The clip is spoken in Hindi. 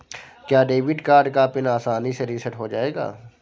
क्या डेबिट कार्ड का पिन आसानी से रीसेट हो जाएगा?